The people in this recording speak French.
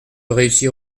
réussir